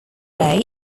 bay